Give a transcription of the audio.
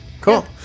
Cool